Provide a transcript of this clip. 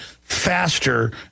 faster